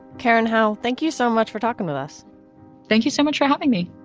karen howell, thank you so much for talking with us thank you so much for having me